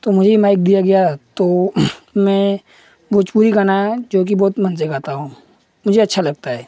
तो मुझे भी माइक़ दिया गया तो मैं भोजपुरी गाना जोकि बहुत मन से गाता हूँ मुझे अच्छा लगता है